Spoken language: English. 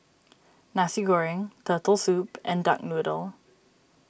Nasi Goreng Turtle Soup and Duck Noodle